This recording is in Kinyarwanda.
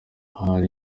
hano